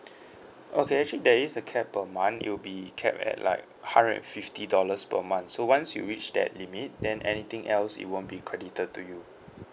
okay actually there is a cap per month it'll be cap at like hundred and fifty dollars per month so once you reach that limit then anything else it won't be credited to you